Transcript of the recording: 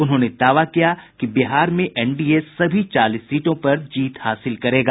उन्होंने दावा किया कि बिहार में एनडीए सभी चालीस सीटों पर जीत हासिल करेगा